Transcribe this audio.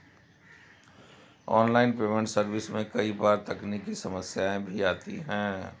online payment service में कई बार तकनीकी समस्याएं भी आती है